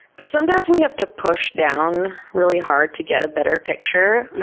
because sometimes we have to push down really hard to get a better picture.